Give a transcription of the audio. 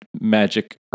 Magic